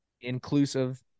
inclusive